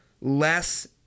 less